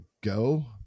go